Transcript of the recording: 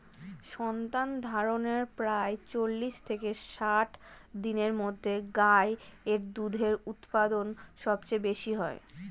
সন্তানধারণের প্রায় চল্লিশ থেকে ষাট দিনের মধ্যে গাই এর দুধের উৎপাদন সবচেয়ে বেশী হয়